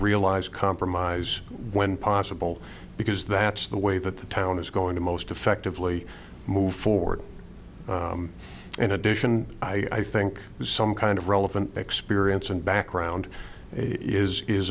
realize compromise when possible because that's the way that the town is going to most effectively move forward in addition i think to some kind of relevant experience and background is is